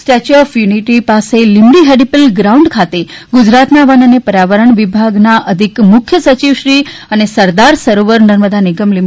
statue of Unity પાસે Limdi helipad ground ખાતે ગુજરાતના વન અને પર્યાવરણ વિભાગના અધિક મુખ્ય સચિવશ્રી અને સરદાર સરોવર નર્મદા નિગમ લિ